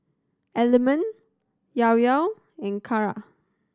Element Llao Llao in Kara